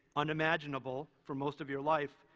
unimaginable for most of your life,